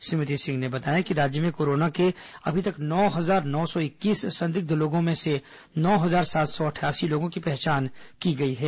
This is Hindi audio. श्रीमती सिंह ने बताया कि राज्य में कोरोना के अभी तक नौ हजार नौ सौ इक्कीस संदिग्ध लोगों में से नौ हजार सात सौ अठासी लोगों की पहचान की गई है